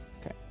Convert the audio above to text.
Okay